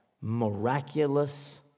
miraculous